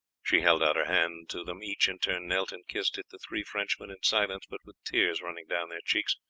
she held out her hand to them each in turn knelt and kissed it, the three frenchmen in silence but with tears running down their cheeks.